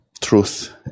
truth